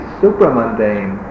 supramundane